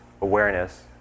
awareness